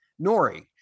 Nori